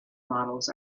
models